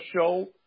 show